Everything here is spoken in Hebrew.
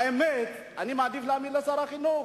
האמת היא שאני מעדיף להאמין לשר החינוך.